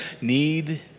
need